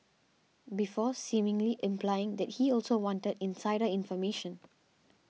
before seemingly implying that he also wanted insider information